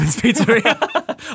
Pizza